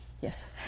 Yes